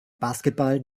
basketball